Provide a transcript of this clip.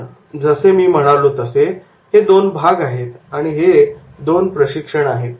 पण जसे मी म्हणालो तसे हे दोन भाग आहेत आणि हे दोन प्रशिक्षण आहेत